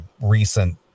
recent